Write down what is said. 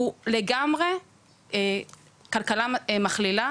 הוא לגמרי כלכלה מכלילה,